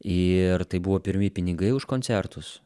ir tai buvo pirmi pinigai už koncertus